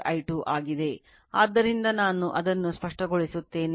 ಆದ್ದರಿಂದ ನಾನು ಅದನ್ನು ಸ್ಪಷ್ಟಗೊಳಿಸುತ್ತೇನೆ